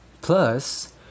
Plus